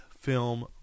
film